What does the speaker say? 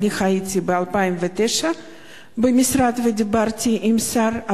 אני הייתי ב-2009 במשרד ודיברתי עם השר,